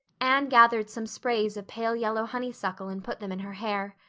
anne gathered some sprays of pale-yellow honeysuckle and put them in her hair.